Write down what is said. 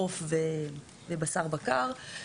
עוף ובשר בקר,